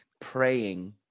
praying